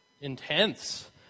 Intense